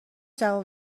جواب